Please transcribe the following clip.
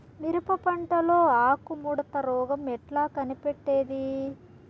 మిరప పంటలో ఆకు ముడత రోగం ఎట్లా కనిపెట్టేది?